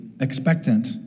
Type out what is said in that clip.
expectant